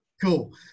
Cool